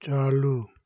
चालू